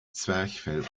zwerchfell